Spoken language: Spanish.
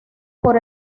por